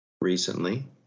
recently